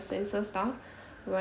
censor stuff we